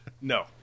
No